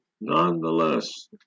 Nonetheless